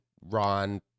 Ron